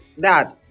dad